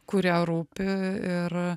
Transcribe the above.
kurie rūpi ir